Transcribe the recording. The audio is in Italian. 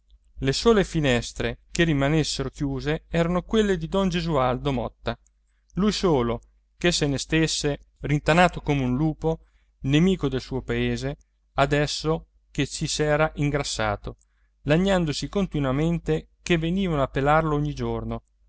le sole finestre che rimanessero chiuse erano quelle di don gesualdo motta lui il solo che se ne stesse rintanato come un lupo nemico del suo paese adesso che ci s'era ingrassato lagnandosi continuamente che venivano a pelarlo ogni giorno